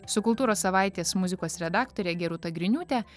su kultūros savaitės muzikos redaktore gerūta griniūte